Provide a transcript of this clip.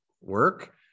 work